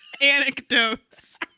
Anecdotes